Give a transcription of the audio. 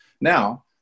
Now